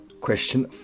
Question